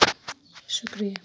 شُکرِیہ